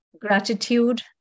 gratitude